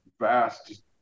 vast